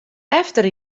efter